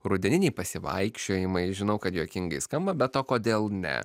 rudeniniai pasivaikščiojimai žinau kad juokingai skamba bet o kodėl ne